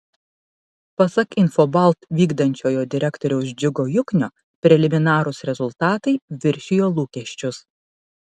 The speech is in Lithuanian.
pasak infobalt vykdančiojo direktoriaus džiugo juknio preliminarūs rezultatai viršijo lūkesčius